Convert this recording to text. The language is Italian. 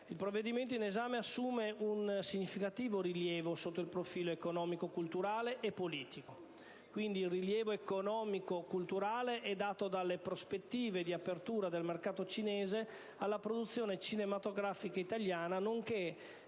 Il provvedimento in esame assume un significativo rilievo sotto il profilo economico-culturale e politico. Il rilievo economico-culturale è dato dalle prospettive di apertura del mercato cinese alla produzione cinematografica italiana, nonché